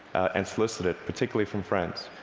and solicit it, particularly from friends.